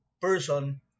person